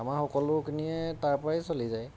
আমাৰ সকলোখিনিয়ে তাৰপৰাই চলি যায়